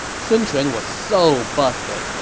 sun quan was so busted,